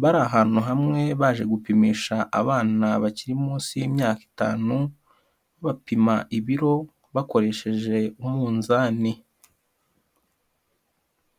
bari ahantu hamwe baje gupimisha abana bakiri munsi y'imyaka itanu, bapima ibiro bakoresheje umunzani.